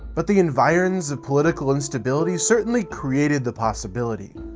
but the environs of political instability certainly created the possibility.